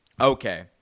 Okay